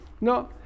no